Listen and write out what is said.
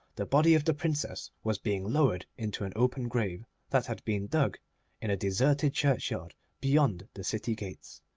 the body of the princess was being lowered into an open grave that had been dug in a deserted churchyard, beyond the city gates,